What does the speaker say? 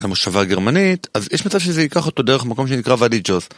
למושבה הגרמנית, אז יש מצב שזה ייקח אותו דרך מקום שנקרא ואדי ג'וז.